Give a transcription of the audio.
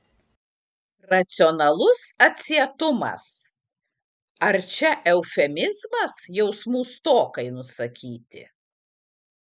racionalus atsietumas ar čia eufemizmas jausmų stokai nusakyti